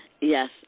Yes